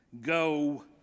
Go